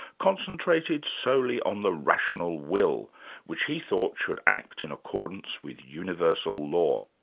concentrated solely on the rational will which he thought should act in accordance with universal law.